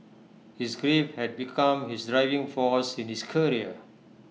his grief had become his driving force in his career